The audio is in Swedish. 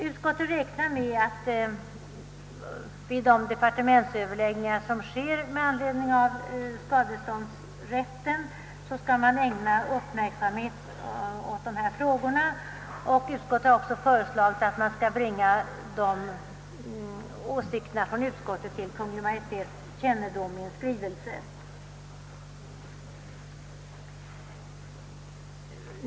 Utskottet räknar med att vid departementsöverläggningarna om skadeståndsrätten uppmärksamhet skall ägnas åt dessa frågor, och utskottet har också hemställt att dess åsikter i denna fråga skall bringas till Kungl. Maj:ts kännedom i en skrivelse.